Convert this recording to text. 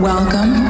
Welcome